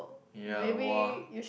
ya !wah!